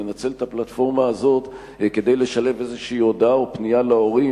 נצל את הפלטפורמה הזאת כדי לשלב איזו הודעה או פנייה להורים,